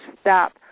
stop